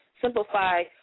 Simplify